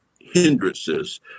hindrances